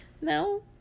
No